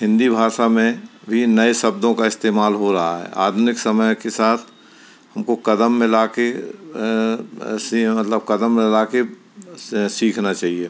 हिन्दी भाषा में भी नए शब्दों का इस्तेमाल हो रहा है आधुनिक समय के साथ हमको कदम मिला के से मतलब कदम मिला के सीखना चहिए